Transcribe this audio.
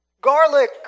garlic